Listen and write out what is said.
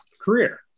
career